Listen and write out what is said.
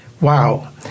Wow